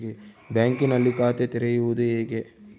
ಬ್ಯಾಂಕಿನಲ್ಲಿ ಖಾತೆ ತೆರೆಯುವುದು ಹೇಗೆ?